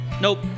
nope